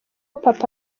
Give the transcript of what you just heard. papa